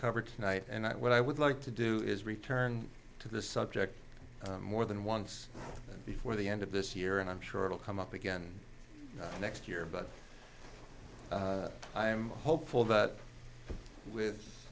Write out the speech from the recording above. cover tonight and what i would like to do is return to the subject more than once before the end of this year and i'm sure it'll come up again next year but i am hopeful that with